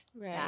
Right